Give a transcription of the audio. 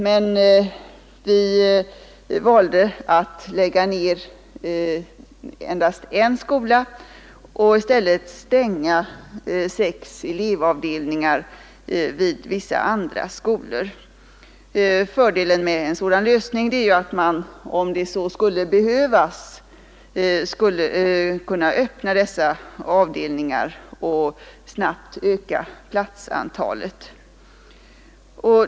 Men vi valde att lägga ner endast en skola och i stället stänga sex elevavdelningar vid vissa andra skolor. Fördelen med en sådan lösning är att man, om det så skulle behövas, skulle kunna öppna dessa avdelningar och snabbt öka platsantalet.